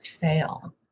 fail